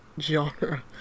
genre